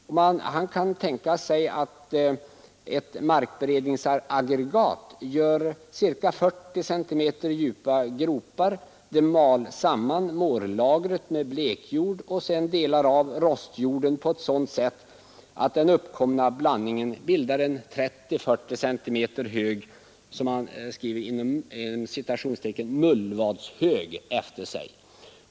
Man skulle kunna tänka sig ett markberedningsaggregat som gör ca 40 cm djupa gropar, mal samman mårlagret med blekjord och delar av rostjorden på ett sådant sätt att den uppkomna blandningen bildar en 30-40 cm hög ”mullvadshög” efter sig.